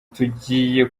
tugiye